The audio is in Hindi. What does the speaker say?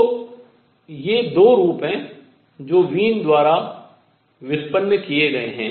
तो ये 2 रूप हैं जो वीन द्वारा व्युत्पन्न किए गए हैं